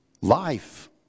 life